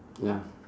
ya